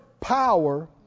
power